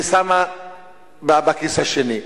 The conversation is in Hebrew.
ושמה בכיס השני.